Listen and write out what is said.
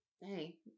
hey